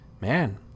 man